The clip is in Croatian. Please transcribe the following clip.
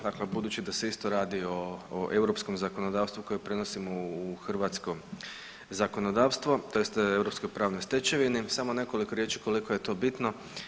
Dakle, budući da se isto radi o europskom zakonodavstvu koje prenosimo u hrvatsko zakonodavstvo, tj. europskoj pravnoj stečevini samo nekoliko riječi koliko je to bitno.